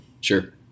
sure